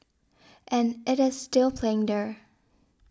and it is still playing there